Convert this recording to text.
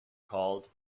called